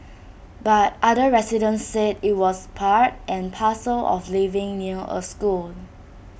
but other residents said IT was part and parcel of living near A school